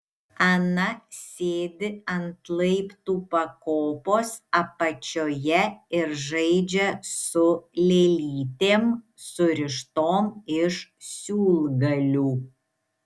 ana sėdi ant laiptų pakopos apačioje ir žaidžia su lėlytėm surištom iš siūlgalių